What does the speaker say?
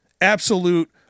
Absolute